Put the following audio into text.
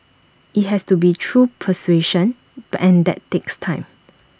IT has to be through persuasion and that takes time